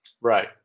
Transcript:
Right